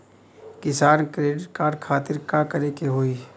किसान credit card खातिर का करे के होई?